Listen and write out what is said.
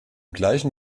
gleichen